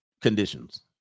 conditions